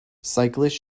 cyclists